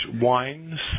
Wines